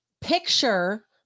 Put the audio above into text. picture